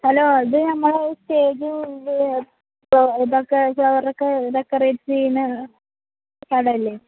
hello ഇത് നമ്മുടെ stage ഇതൊക്കെ ഫ്ലവറൊക്കെ ഡെക്കറേറ്റ് ചെയ്യുന്ന സ്ഥലമല്ലേ